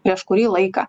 prieš kurį laiką